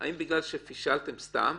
האם בגלל שפישלתם סתם?